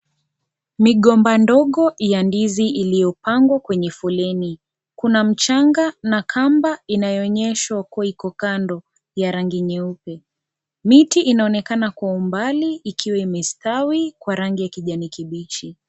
Migomba ndogo ya ndizi iliyopangwa kwenye foleni. Kuna mchanga na kamba, inayoonyeshwa kuwa iko kando ya rangi nyeupe. Miti inaonekana kwa umbali ikiwa imestawi kwa rangi ya kijani kibichi.